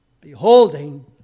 beholding